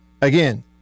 Again